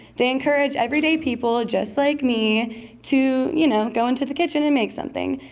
they encourage everyday people just like me to, you know, go into the kitchen and make something.